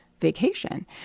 vacation